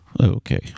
Okay